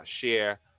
share